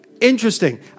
Interesting